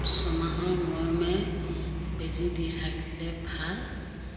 ছমাহৰ মূৰে মূৰে বেজী দি থাকিলে ভাল